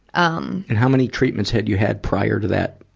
um and how many treatments had you had prior to that?